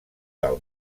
del